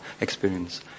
experience